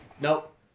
Nope